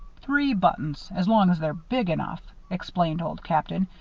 three buttons as long as they're big enough, explained old captain,